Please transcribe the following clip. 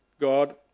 God